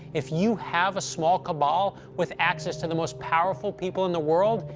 if you have a small cabal with access to the most powerful people in the world,